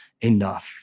enough